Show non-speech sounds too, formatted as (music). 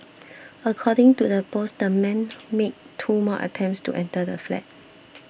according to the post the man (noise) made two more attempts to enter the flat